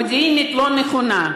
המידע המודיעיני לא היה נכון.